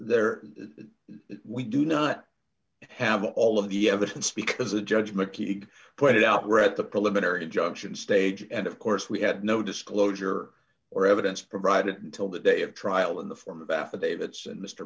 that we do not have all of the evidence because the judge mckeague pointed out read the preliminary injunction stage and of course we had no disclosure or evidence provided until the day of trial in the form of affidavits and mr